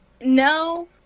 No